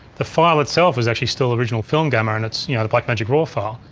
the file itself is actually still original film gamma and it's yeah the blackmagic raw file.